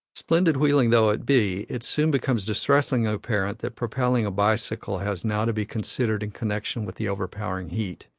splendid wheeling though it be, it soon becomes distressingly apparent that propelling a bicycle has now to be considered in connection with the overpowering heat.